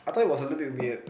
I thought it was little bit weird